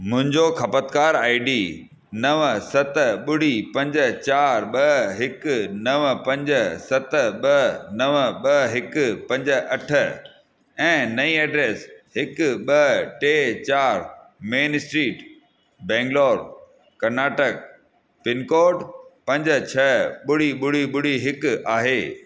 मुहिंजो खपति कार आई डी नव सत ॿुड़ी पंज चार ॿ हिकु नव पंज सत ॿ नव ॿ हिकु पंज अठ ऐं नईं एड्र्स हिकु ॿ टे चार main street Bangalore Karnataka pin code पंज छह ॿुड़ी ॿुड़ी ॿुड़ी हिकु आहे